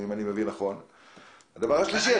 דבר שלישי,